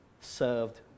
served